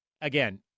Again